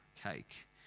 cake